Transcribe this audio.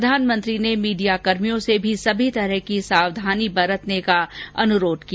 प्रधानमंत्री ने मीडियाकर्मियों से भी सभी तरह की सावधानी बरतने का अनुरोध किया